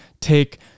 take